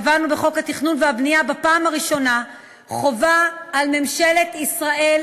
קבענו בחוק התכנון והבנייה בפעם הראשונה חובה על ממשלת ישראל